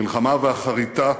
המלחמה ואחריתה